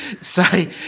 say